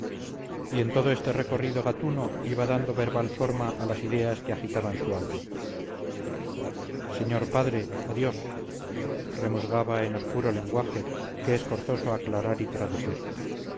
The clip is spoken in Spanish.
y en todo este recorrido gatuno iba dando verbal forma a las ideas que agitaban su alma señor padre adiós remusgaba en obscuro lenguaje que es forzoso aclarar y traducir